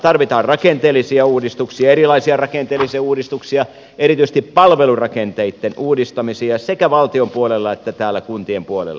tarvitaan rakenteellisia uudistuksia erilaisia rakenteellisia uudistuksia erityisesti palvelurakenteitten uudistamisia sekä valtion puolella että täällä kuntien puolella